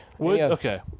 Okay